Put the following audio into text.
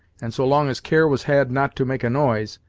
and so long as care was had not to make a noise,